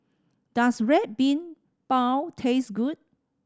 does Red Bean Bao taste good